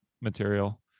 material